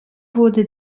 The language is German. wurde